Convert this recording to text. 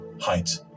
height